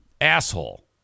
Asshole